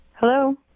Hello